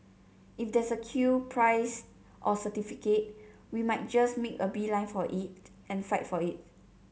if there's a queue prize or certificate we might just make a beeline for it and fight for it